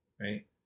right